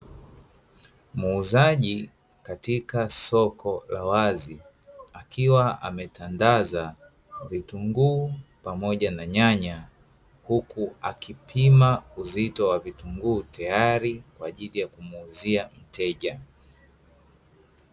Muuzaji katika soko la wazi, akiwa ametandaza vitunguu pamoja na nyanya, huku akipima uzito wa vitunguu tayari kwa ajili ya kumuuzia mteja.